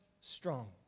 strong